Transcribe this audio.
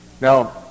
now